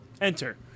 enter